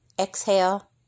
exhale